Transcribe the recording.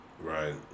Right